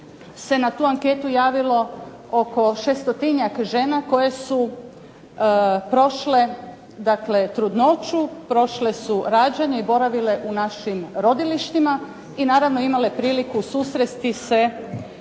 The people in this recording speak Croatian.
se na tu anketu javilo oko 600-tinjak žena koje su prošle dakle trudnoću, prošle su rađanje i boravile u našim rodilištima i naravno imale priliku susresti se